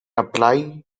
apply